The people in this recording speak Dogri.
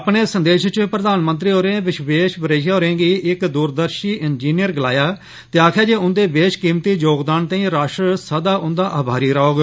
अपने संदेश च प्रधानमंत्री होरें विश्वेश्वरैया होरें गी इक दूरदर्शी इंजिनियर गलाया ते आक्खेआ जे उन्दे बेशकिमती योगदान ताई राष्ट्र सदा उन्दा आभारी रौंहग